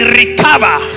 recover